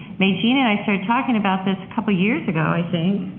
maygene and i started talking about this a couple years ago, i think,